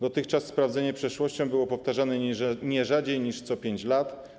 Dotychczas sprawdzenie przeszłości było powtarzane nie rzadziej niż co 5 lat.